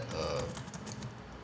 err